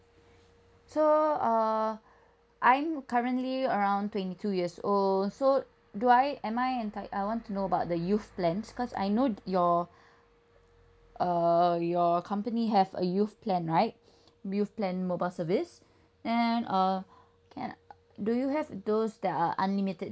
so uh I'm currently around twenty two years old so do I am I and like I want to know about the youth plans cause I know your uh your company have a youth plan right youth plan mobile service and uh can uh do you have those that are unlimited